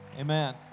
Amen